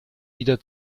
wieder